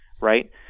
right